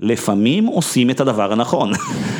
לפעמים, עושים את הדבר הנכון.